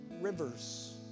rivers